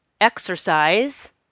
exercise